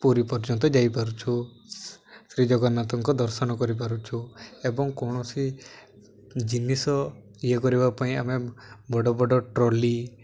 ପୁରୀ ପର୍ଯ୍ୟନ୍ତ ଯାଇପାରୁଛୁ ଶ୍ରୀଜଗନ୍ନାଥଙ୍କ ଦର୍ଶନ କରିପାରୁଛୁ ଏବଂ କୌଣସି ଜିନିଷ ଇଏ କରିବା ପାଇଁ ଆମେ ବଡ଼ ବଡ଼ ଟ୍ରଲି